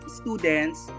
students